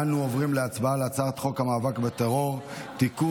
אנו עוברים להצבעה על הצעת חוק המאבק בטרור (תיקון,